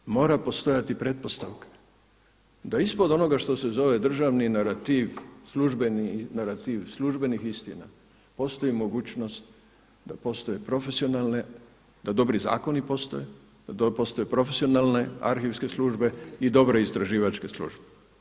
Ali zato mora postojati pretpostavka da ispod onoga što se zove državni narativ, službeni narativ službenih istina postoji mogućnost da postoje profesionalne, da dobri zakoni postoje, da postoje profesionalne arhivske službe i dobre istraživačke službe.